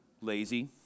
Lazy